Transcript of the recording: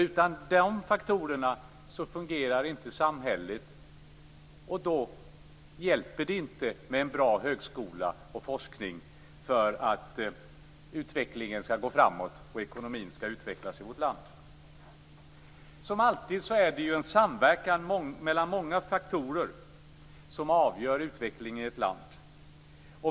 Utan de faktorerna fungerar inte samhället, och då hjälper det inte med en bra högskola och en bra forskning för att utvecklingen skall gå framåt och ekonomin skall utvecklas i vårt land. Som alltid är det en samverkan mellan många faktorer som avgör utvecklingen i ett land.